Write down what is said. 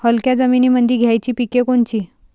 हलक्या जमीनीमंदी घ्यायची पिके कोनची?